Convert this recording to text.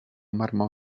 marmo